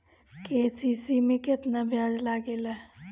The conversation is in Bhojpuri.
के.सी.सी में केतना ब्याज लगेला?